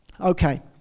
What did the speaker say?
Okay